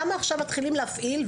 למה עכשיו מתחילים להפעיל,